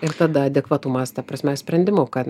ir tada adekvatumas ta prasme sprendimų kad